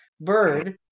bird